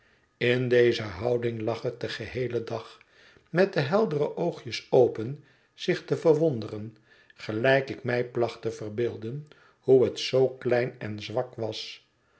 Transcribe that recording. in deze houding lag het den geheelen dag met de heldere oogjes open zich te verwonderen gelijk ik mij placht te verbeelden hoe het zoo klein en zwak was